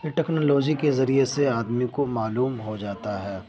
یہ ٹیکنالوجی کے ذریعے سے آدمی کو معلوم ہو جاتا ہے